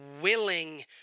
willing